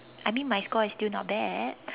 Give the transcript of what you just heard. I mean my score is still not bad